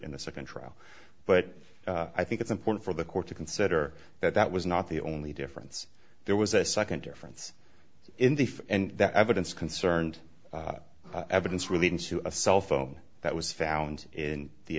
in the second trial but i think it's important for the court to consider that that was not the only difference there was a second difference in the face and that evidence concerned evidence relating to a cell phone that was found in the